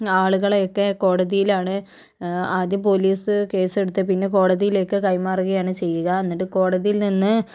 ആളുകളെയൊക്കെ കോടതിയിലാണ് ആദ്യം പോലീസ് കേസെടുത്ത് പിന്നെ കോടതിയിലേക്ക് കൈ മാറുകയാണ് ചെയ്യുക എന്നിട്ട് കോടതിയിൽ നിന്ന്